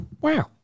wow